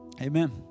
amen